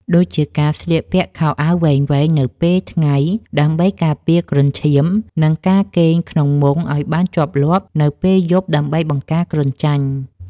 ដូចជាការស្លៀកពាក់ខោអាវវែងៗនៅពេលថ្ងៃដើម្បីការពារគ្រុនឈាម និងការគេងក្នុងមុងឱ្យបានជាប់លាប់នៅពេលយប់ដើម្បីបង្ការគ្រុនចាញ់។